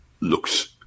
looks